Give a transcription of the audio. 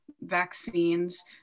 vaccines